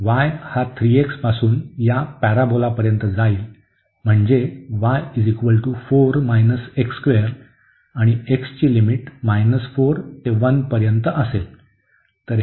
तर y हा 3x पासून या पॅराबोलापर्यंत जाईल म्हणजे y आणि x ची लिमिट 4 ते 1 पर्यंत असेल